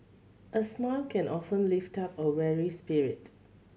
a smile can often lift up a weary spirit